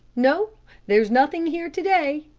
no there's nothing here to-day,